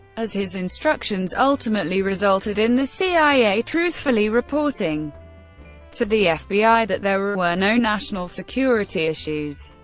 as his instructions ultimately resulted in the cia truthfully reporting to the fbi that there were were no national security issues.